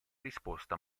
risposta